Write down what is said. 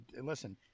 Listen